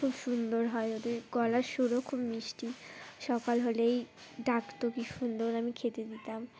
খুব সুন্দর হয় ওদের গলার সুরও খুব মিষ্টি সকাল হলেই ডাকতো কি সুন্দর আমি খেতে দিতাম